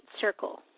circle